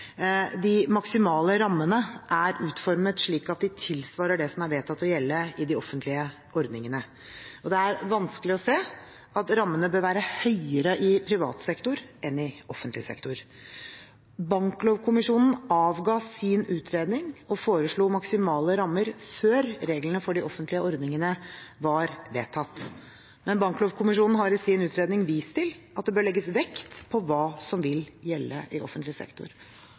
De maksimale rammene er utformet slik at de tilsvarer det som er vedtatt å gjelde i de offentlige ordningene, og det er vanskelig å se at rammene bør være høyere i privat sektor enn i offentlig sektor. Banklovkommisjonen avga sin utredning og foreslo maksimale rammer før reglene for de offentlige ordningene var vedtatt, men Banklovkommisjonen har i sin utredning vist til at det bør legges vekt på hva som vil gjelde i offentlig sektor.